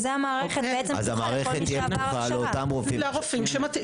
אז המערכת תהיה כפופה לאותם רופאים.